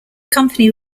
company